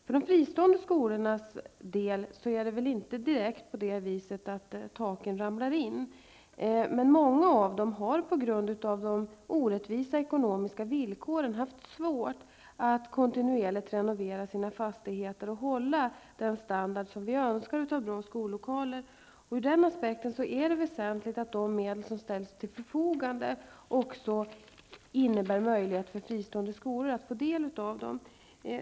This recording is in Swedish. För de fristående skolornas del är det inte direkt så att taken ramlar in. Men många av dessa skolor har på grund av orättvisa ekonomiska villkor haft svårt att kontinuerligt renovera sina fastigheter och hålla den standard som vi önskar i skollokalerna. Ur den aspekten är det väsentligt att även fristående skolor får del av de medel som ställs till förfogande.